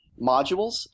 modules